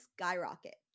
skyrocket